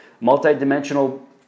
multi-dimensional